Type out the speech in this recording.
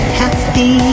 happy